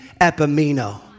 epimeno